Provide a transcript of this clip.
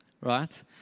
right